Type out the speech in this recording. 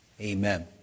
Amen